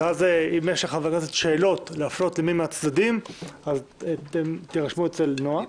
ואז אם יש לחבר כנסת שאלות להפנות למי מהצדדים אז תירשמו אצל נועה,